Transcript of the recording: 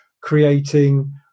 creating